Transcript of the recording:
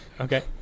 Okay